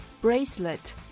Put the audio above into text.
Bracelet